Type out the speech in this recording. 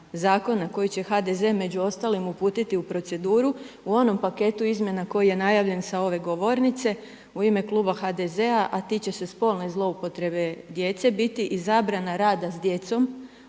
zakona koju će HDZ među ostalim uputiti u proceduru, u onom paketu izmjena koji je najavljen sa ove govornice u ime kluba HDZ-a a tiče se spolne zloupotrebe djece biti i zabrana rada s djecom